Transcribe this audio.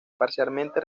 parcialmente